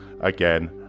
again